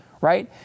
right